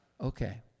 Okay